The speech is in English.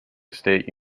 state